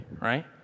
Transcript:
right